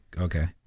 okay